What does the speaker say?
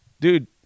dude